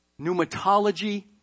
Pneumatology